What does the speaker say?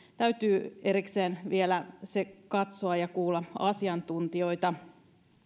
täytyy erikseen vielä katsoa ja jossa täytyy kuulla asiantuntijoita